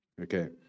Okay